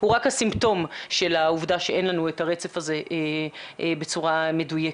הוא רק הסימפטום של העובדה שאין לנו את הרצף הזה בצורה מדויקת,